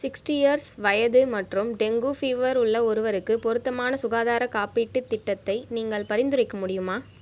sixty years வயது மற்றும் dengue fever உள்ள ஒருவருக்கு பொருத்தமான சுகாதார காப்பீட்டுத் திட்டத்தை நீங்கள் பரிந்துரைக்க முடியுமா